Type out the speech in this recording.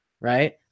Right